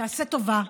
תעשה טובה,